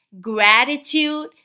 gratitude